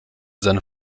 seine